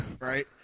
right